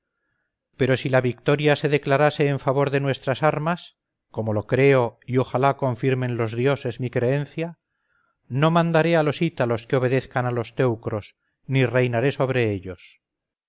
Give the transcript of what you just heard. pero si la victoria se declarase en favor de nuestras armas como lo creo y ojalá confirmen los dioses mi creencia no mandaré a los ítalos que obedezcan a los teucros ni reinaré sobre ellos